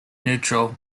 neutral